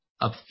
up